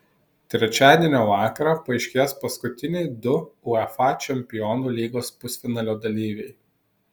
trečiadienio vakarą paaiškės paskutiniai du uefa čempionų lygos pusfinalio dalyviai